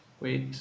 wait